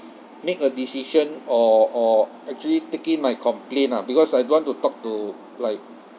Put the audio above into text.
make a decision or or actually take in my complaint ah because I don't want to talk to like